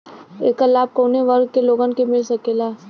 ऐकर लाभ काउने वर्ग के लोगन के मिल सकेला?